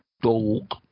Dog